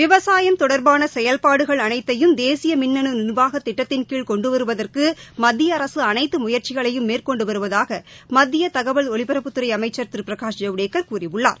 விவசாயம் தொடர்பான செயல்பாடுகள் அனைத்தையும் தேசிய மின்னனு நிர்வாக திட்டத்தின் கீழ் கொண்டு வருவதற்கு மத்திய அரசு அனைத்து முயற்சிகளையும் மேற்கொண்டு வருவதாக மத்திய தகவல் ஒலிபரப்புத்துறை அமைச்சர் திருபிரகாஷ் ஜவடேக்கர் கூறியுள்ளார்